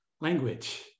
language